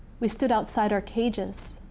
we stood outside or cages.